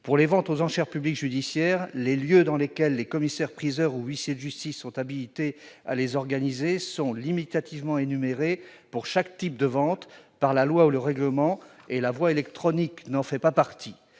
Pour les ventes aux enchères publiques judiciaires, les lieux dans lesquels les commissaires-priseurs ou huissiers de justice sont habilités à les organiser sont limitativement énumérés, pour chaque type de vente, par la loi ou le règlement, et la voie électronique n'en fait pas partie.